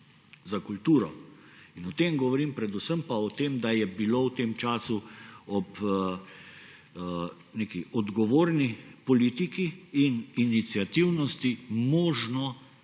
za kulturo. O tem govorim, predvsem pa o tem, da je bilo v tem času ob neki odgovorni politiki in iniciativnosti možno